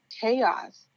chaos